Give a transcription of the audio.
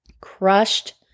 crushed